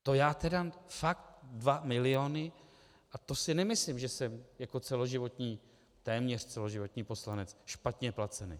To já tedy, fakt dva miliony, a to si nemyslím, že jsem jako celoživotní, téměř celoživotní poslanec špatně placen.